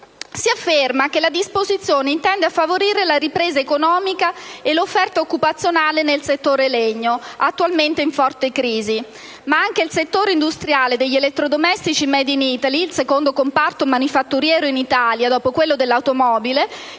l'altro, che la disposizione intende favorire la ripresa economica e l'offerta occupazionale nel settore legno, attualmente in forte crisi; tuttavia anche il settore industriale degli elettrodomestici *made in Italy*, secondo comparto manifatturiero in Italia dopo quello dell'automobile,